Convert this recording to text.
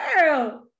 girl